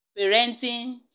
parenting